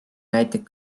näiteid